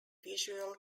visual